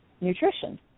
nutrition